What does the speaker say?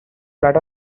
flat